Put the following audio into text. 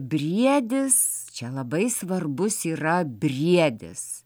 briedis čia labai svarbus yra briedis